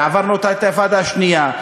ועברנו את האינתיפאדה השנייה,